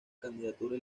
candidatura